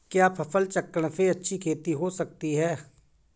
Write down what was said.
क्या फसल चक्रण से अच्छी खेती हो सकती है?